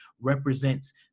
represents